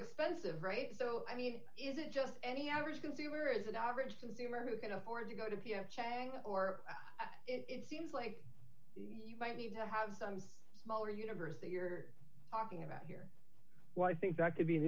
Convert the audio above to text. expensive rate so i mean is it just any average consumer is an average consumer who can afford to go to the m k or it seems like you might need to have some smaller universe that you're talking about here well i think that could be an